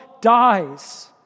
dies